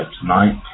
tonight